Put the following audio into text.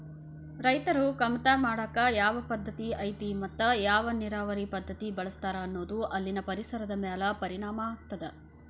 ರೈತರು ಕಮತಾ ಮಾಡಾಕ ಯಾವ ಪದ್ದತಿ ಐತಿ ಮತ್ತ ಯಾವ ನೇರಾವರಿ ಪದ್ಧತಿ ಬಳಸ್ತಾರ ಅನ್ನೋದು ಅಲ್ಲಿನ ಪರಿಸರದ ಮ್ಯಾಲ ಪರಿಣಾಮ ಆಗ್ತದ